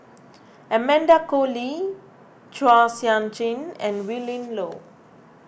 Amanda Koe Lee Chua Sian Chin and Willin Low